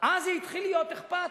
זה התחיל להיות אכפת?